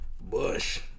bush